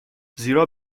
زیرا